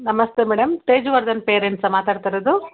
ನಮಸ್ತೆ ಮೇಡಮ್ ತೇಜುವರ್ಧನ್ ಪೇರೆಂಟ್ಸಾ ಮಾತಾಡ್ತಾ ಇರೋದು